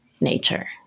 nature